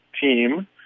team